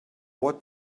what